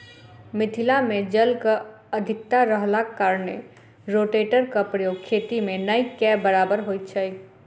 मिथिला मे जलक अधिकता रहलाक कारणेँ रोटेटरक प्रयोग खेती मे नै के बराबर होइत छै